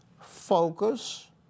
focus